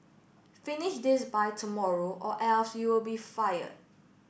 finish this by tomorrow or else you'll be fired